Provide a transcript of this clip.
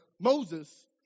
Moses